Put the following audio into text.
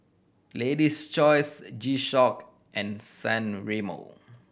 Lady's Choice G Shock and San Remo